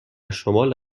شمال